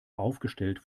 aufgestellt